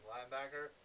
Linebacker